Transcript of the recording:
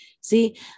See